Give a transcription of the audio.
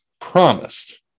promised